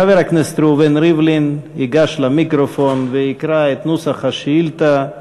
חבר הכנסת ראובן ריבלין ייגש למיקרופון ויקרא את נוסח השאילתה,